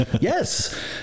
yes